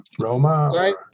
Roma